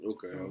Okay